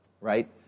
Right